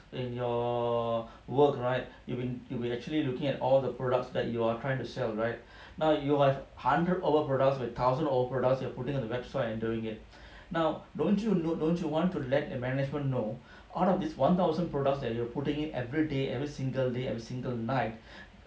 in your work right you will be you will be actually looking at all the products that you are trying to sell right now you have hundred over products with thousand over products you putting on the website and doing it now don't you know don't you want to let the management know out of this one thousand products that you are putting it everyday every single day every single night